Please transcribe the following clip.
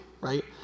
right